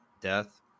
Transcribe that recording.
death